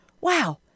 Wow